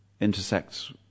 intersects